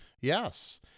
Yes